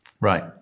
Right